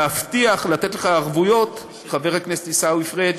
להבטיח, לתת לך ערבויות, חבר הכנסת עיסאווי פריג',